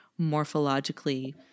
morphologically